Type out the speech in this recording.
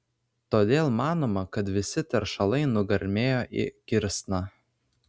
todėl manoma kad visi teršalai nugarmėjo į kirsną